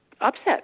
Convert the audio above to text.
upset